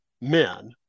men